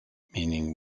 meaning